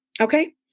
Okay